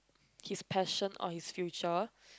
his passion or his future